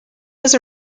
was